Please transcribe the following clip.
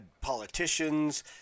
politicians